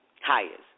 Highest